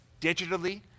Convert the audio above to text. digitally